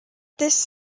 this